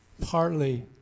Partly